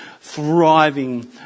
thriving